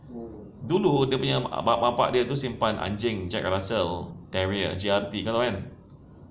dulu dia punya mak bapak dia tu simpan anjing jack russell terrier J_R_T kau tahu kan